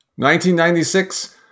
1996